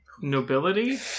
nobility